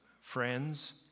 friends